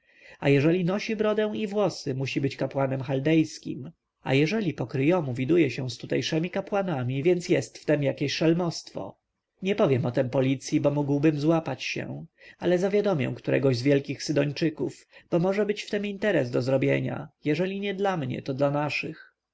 a jeżeli nosi brodę i włosy musi być kapłanem chaldejskim a jeżeli pokryjomu widuje się z tutejszymi kapłanami więc jest w tem jakieś szelmostwo nie powiem o tem policji bo mógłbym złapać się ale zawiadomię którego z wielkich sydończyków bo może być w tem interes do zrobienia jeżeli nie dla mnie to dla naszych